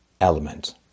element